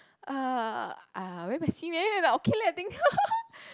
uh uh very messy meh okay leh I think